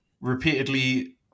repeatedly